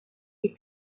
des